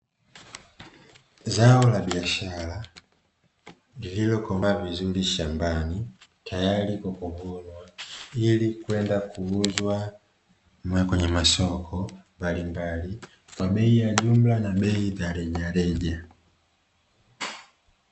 Zao la biashara lililokomaa vizuri shambani, tayari kwa kuvunwa ili kwenda kuuzwa kwenye masoko mbalimbali kwa bei ya jumla na bei za rejareja.